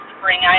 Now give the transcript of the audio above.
Spring